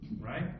Right